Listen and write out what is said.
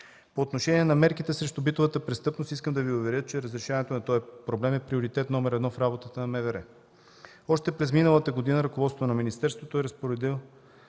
По отношение на мерките срещу битовата престъпност искам да Ви уверя, че разрешаването на този проблем е приоритет № 1 в работата на МВР. Още през миналата година ръководството на министерството е разпоредило